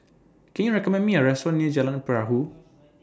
Can YOU recommend Me A Restaurant near Jalan Perahu